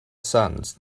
sands